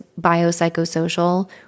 biopsychosocial